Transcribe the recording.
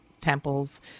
temples